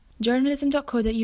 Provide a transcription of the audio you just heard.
Journalism.co.uk